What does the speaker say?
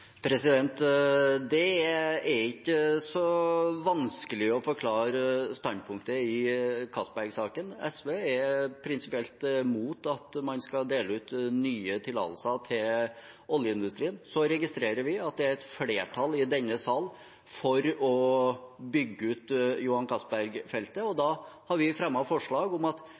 Det er ikke så vanskelig å forklare standpunktet i Castberg-saken. SV er prinsipielt mot at man skal dele ut nye tillatelser til oljeindustrien. Så registrerer vi at det er et flertall i denne salen for å bygge ut Johan Castberg-feltet. Da har vi fremmet forslag om at